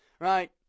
right